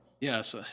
Yes